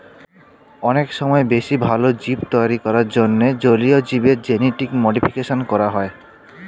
অনেক সময় বেশি ভালো জীব তৈরী করার জন্যে জলীয় জীবের জেনেটিক মডিফিকেশন করা হয়